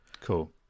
cool